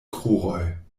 kruroj